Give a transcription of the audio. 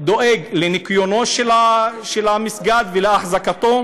דואג לניקיונו של המסגד ולאחזקתו,